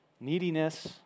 neediness